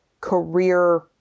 career